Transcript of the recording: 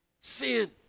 sin